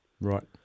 Right